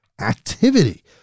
activity